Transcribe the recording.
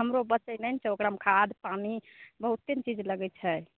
हमरो बचै नहि ने छै ओकरामे खाद पानि बहुते ने चीज लगै छै